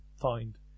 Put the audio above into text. find